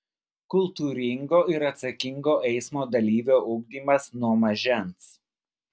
kultūringo ir atsakingo eismo dalyvio ugdymas nuo mažens